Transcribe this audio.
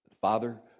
Father